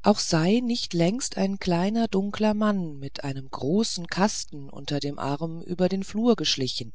auch sei nicht längst ein kleiner dunkler mann mit einem großen kasten unter dem arm über den flur geschlichen